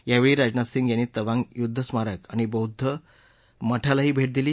यावेळी राजनाथ सिंह यांनी तवांग युद्व स्मारक आणि बौद्ध मठालाही भेट दिली